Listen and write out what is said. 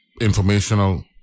informational